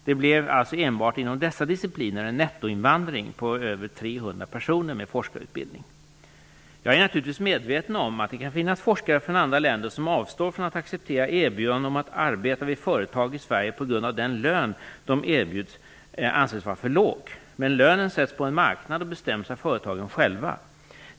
Det blev alltså enbart inom dessa discipliner en nettoinvandring på över 300 Jag är naturligtvis medveten om att det kan finnas forskare från andra länder som avstår från att acceptera erbjudanden om arbete vid företag i Sverige på grund av att den lön som de erbjuds anses vara för låg. Men lönen sätts på en marknad och bestäms av företagens själva.